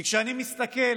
כי כשאני מסתכל